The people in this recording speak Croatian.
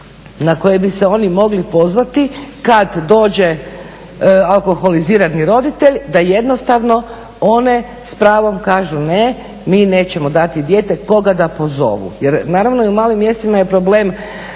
na koje bi se oni mogli pozvati kada dođe alkoholizirani roditelj da one s pravom kažu ne, mi nećemo dati dijete koga da pozovu. Jer naravno u malim mjestima je problem